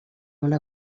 una